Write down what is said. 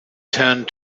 turned